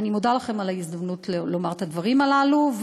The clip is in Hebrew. אני מודה לכם על ההזדמנות לומר את הדברים הללו.